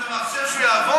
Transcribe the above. איך התקזזת?